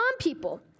people